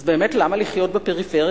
אז באמת למה לחיות בפריפריה?